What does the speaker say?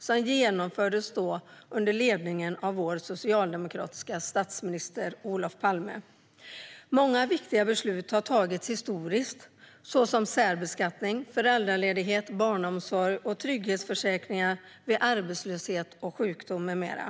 Det genomfördes under ledning av vår socialdemokratiske statsminister Olof Palme. Många viktiga beslut har tagits historiskt. Det handlar till exempel om särbeskattning, föräldraledighet, barnomsorg, trygghetsförsäkringar vid arbetslöshet och sjukdom med mera.